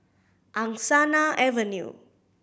Angsana Avenue